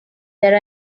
there